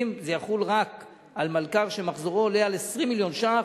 זה יחול רק על מלכ"ר שמחזורו עולה על 20 מיליון ש"ח